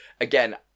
again